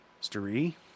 story